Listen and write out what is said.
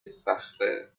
صخره